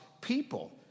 people